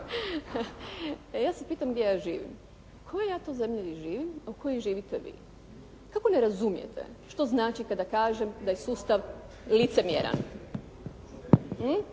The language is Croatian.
ja se pitam gdje ja živim. U kojoj ja to zemlji živim a u kojoj živite vi. Kako ne razumijete što znači kada kažem da je sustav licemjeran.